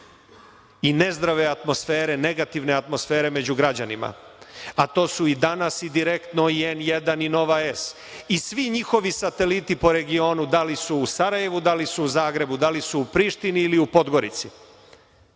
i nezdrave atmosfere, negativne atmosfere među građanima, a to su i „Danas“, i „Direktno“, i N1 i Nova S i svi njihovi sateliti po regionu da li su u Sarajevu, da li su u Zagrebu, da li su u Prištini ili u Podgorici,